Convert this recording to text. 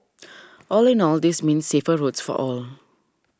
all in all this means safer roads for all